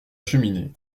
cheminée